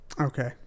okay